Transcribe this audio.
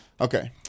Okay